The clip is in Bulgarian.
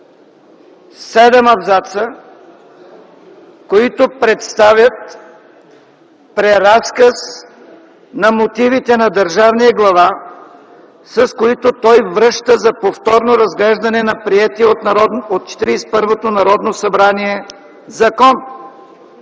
седем абзаца, които представят преразказ на мотивите на държавния глава, с които той връща за повторно разглеждане приетия от Четиридесет и първото Народно събрание закон.